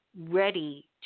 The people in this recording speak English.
ready